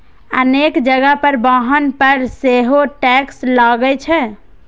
अनेक जगह पर वाहन पर सेहो टैक्स लागै छै